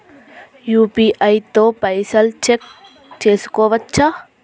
UPI తో పైసల్ check చేసుకోవచ్చా?